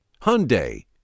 Hyundai